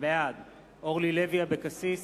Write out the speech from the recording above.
בעד אורלי לוי אבקסיס,